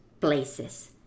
places